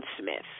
Smith